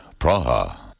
Praha